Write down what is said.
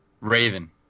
Raven